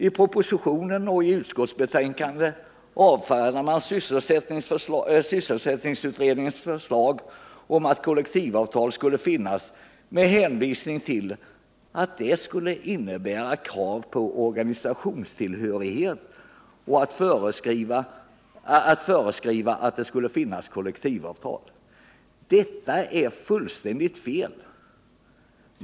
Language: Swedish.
I propositionen och utskottsbetänkandet avfärdar man sysselsättningsutredningens förslag om att kollektivavtal bör finnas med argumentet att det skulle innebära krav på organisationstillhörighet. Detta är fullständigt fel.